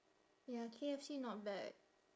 ya kfc not bad